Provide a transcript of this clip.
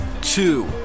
two